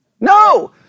No